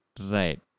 Right